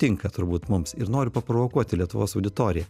tinka turbūt mums ir noriu paprovokuoti lietuvos auditoriją